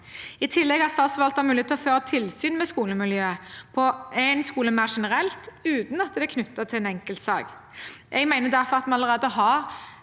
I tillegg har statsforvalteren mulighet til å føre tilsyn med skolemiljøet på en skole mer generelt, uten at det er knyttet til en enkeltsak. Jeg mener derfor at vi allerede har